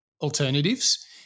alternatives